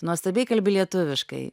nuostabiai kalbi lietuviškai